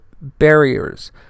barriers